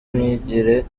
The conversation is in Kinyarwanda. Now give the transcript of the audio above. imyigire